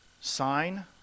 sign